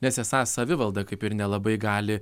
nes esą savivalda kaip ir nelabai gali